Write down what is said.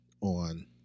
on